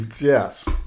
yes